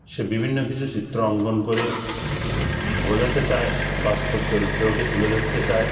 সে বিভিন্ন কিছু চিত্র অঙ্কন করে বোঝাতে চায় বাস্তব চরিত্রকে তুলে ধরতে চায়